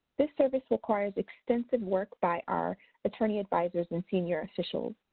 this service requires extensive work by our attorney advisors and senior officials.